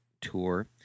tour